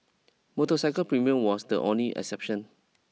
motorcycle premium was the only exception